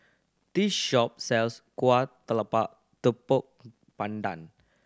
this shop sells kuah talam tepong pandan